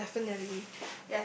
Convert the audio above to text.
yes definitely